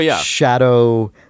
shadow